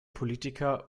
politiker